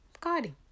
Cardi